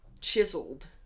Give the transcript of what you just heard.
chiseled